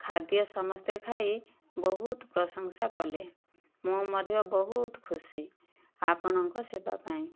ଖାଦ୍ୟ ସମସ୍ତେ ଖାଇ ବହୁତ ପ୍ରଶଂସା କଲେ ମୁଁ ମଧ୍ୟ ବହୁତ ଖୁସି ଆପଣଙ୍କ ସେବା ପାଇଁ